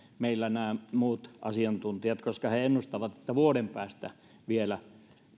meillä nämä muut asiantuntijat koska he ennustavat että vielä vuoden päästä